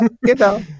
genau